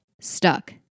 stuck